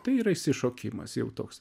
tai yra išsišokimas jau toks